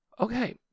Okay